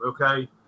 okay